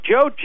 Joe